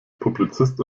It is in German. publizist